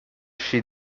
she